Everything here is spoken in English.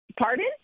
Pardon